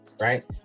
right